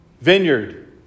vineyard